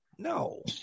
No